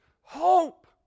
hope